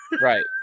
Right